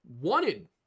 wanted